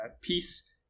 peace